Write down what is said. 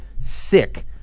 sick